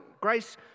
Grace